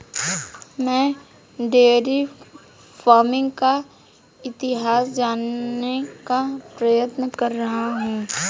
मैं dairy farming का इतिहास जानने का प्रयत्न कर रहा हूं